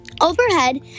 overhead